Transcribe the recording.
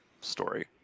story